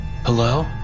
Hello